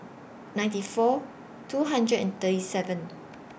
ninety four two hundred and thirty seven